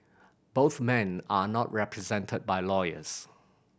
both men are not represented by lawyers